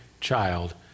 child